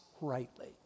rightly